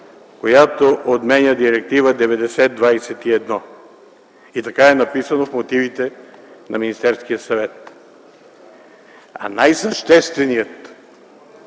която отменя Директива 9021. И така е написано в мотивите на Министерския съвет. А най-същественият